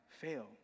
fail